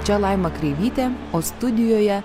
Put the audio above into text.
čia laima kreivytė o studijoje